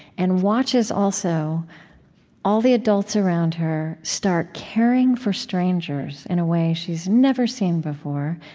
and watches also all the adults around her start caring for strangers in a way she's never seen before.